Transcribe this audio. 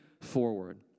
forward